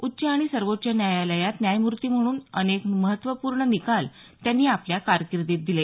उच्च आणि सर्वोच्च न्यायालयात न्यायमूर्ती म्हणून अनेक महत्त्वपूर्ण निकाल त्यांनी आपल्या कारकिर्दीत दिले